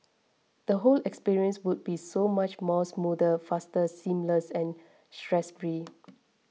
the whole experience would be so much more smoother faster seamless and stress free